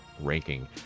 ranking